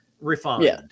refined